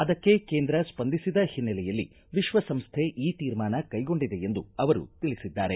ಅದಕ್ಕೆ ಕೇಂದ್ರ ಸ್ವಂದಿಸಿದ ಹಿನ್ನೆಲೆಯಲ್ಲಿ ವಿಶ್ವಸಂಸ್ಥೆ ಈ ತೀರ್ಮಾನ ಕೈಗೊಂಡಿದೆ ಎಂದು ಅವರು ತಿಳಿಸಿದ್ದಾರೆ